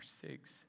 six